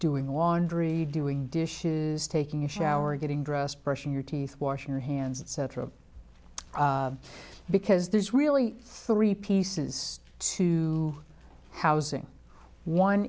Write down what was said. doing laundry doing dishes taking a shower getting dressed brushing your teeth wash your hands etc because there's really three pieces to housing one